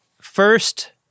first